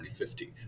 2050